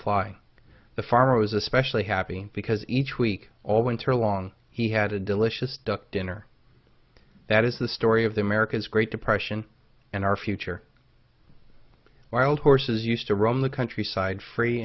fly the farmer was especially happy because each week all winter long he had a delicious duck dinner that is the story of the america's great depression and our future wild horses used to roam the countryside free